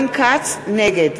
נגד